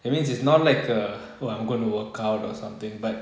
that means it's not like uh oh I'm gonna work out or something but